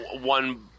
one